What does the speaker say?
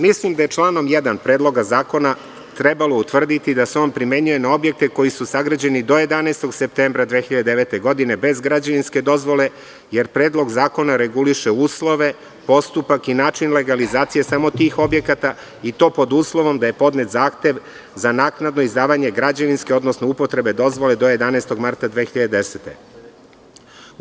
Mislim da je članom 1. Predloga zakona trebalo utvrditi da se on primenjuje na objekte koji su sagrađeni do 11. septembra 2009. godine bez građevinske dozvole, jer Predlog zakona reguliše uslove, postupak i način legalizacije samo tih objekata, i to pod uslovom da je podnet zahtev za naknadno izdavanje građevinske, odnosno upotrebne dozvole do 11. marta 2010. godine.